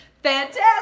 Fantastic